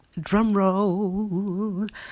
drumroll